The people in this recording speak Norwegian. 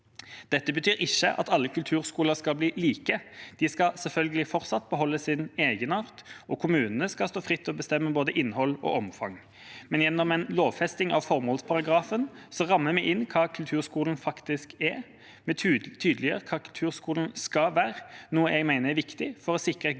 Dette betyr ikke at alle kulturskoler skal bli like. De skal selvfølgelig fortsatt beholde sin egenart, og kommunene skal stå fritt til å bestemme både innhold og omfang, men gjennom en lovfesting av formålsparagrafen rammer vi inn hva kulturskolen faktisk er. Vi tydeliggjør hva kulturskolen skal være, noe jeg mener er viktig for å sikre et godt